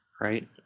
right